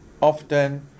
often